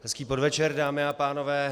Hezký podvečer, dámy a pánové.